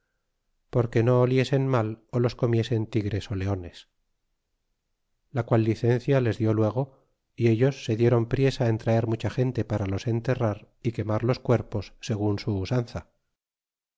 porque no oliesen mal ó los comiesen tigres ó leones la qual licencia les dió luego y ellos se diéron priesa en traer mucha gente para los enterrar y quemar los cuerpos segun su usanza